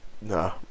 no